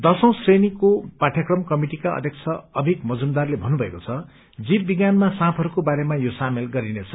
दशौं श्रेणीको पाठ्यक्रम कमेटीका अध्यक्ष अभिक मजुमदारले भन्नुभएको छ जीव विज्ञानमा साँपहरूको बारेमा यो सामेल गरिनेछ